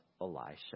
Elisha